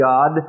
God